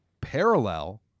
parallel